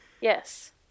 Yes